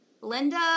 linda